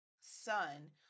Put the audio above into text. son